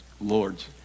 lords